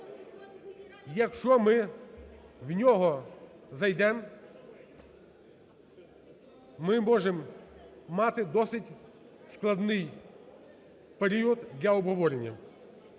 Якщо ми в нього зайдемо, ми можемо мати досить складний період для обговорення.